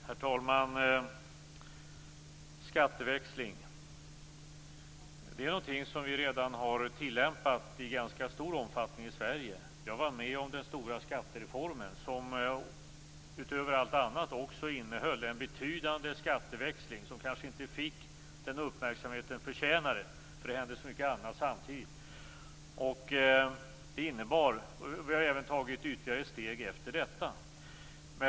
Herr talman! Skatteväxling är något vi redan har tillämpat i ganska stor omfattning i Sverige. Jag var med om den stora skattereformen, som utöver allt annat också innehöll en betydande skatteväxling. Denna kanske inte fick den uppmärksamhet den förtjänade, eftersom det hände så mycket annat samtidigt. Vi har även tagit ytterligare steg efter detta.